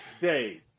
day